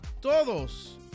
todos